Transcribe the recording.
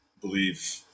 believe